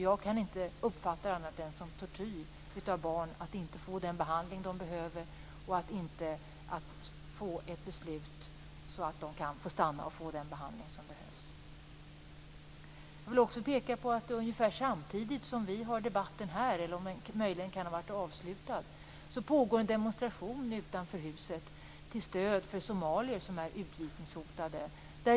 Jag kan inte uppfatta det annat än som tortyr av barn att inte få den behandling de behöver och inte få ett beslut så att de kan få stanna och bli behandlade. Jag vill påpeka att ungefär samtidigt som vi har den här debatten i kammaren pågår en demonstration utanför riksdagshuset - den är möjligen avslutad nu - till stöd för somalier som är utvisningshotade.